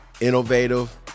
innovative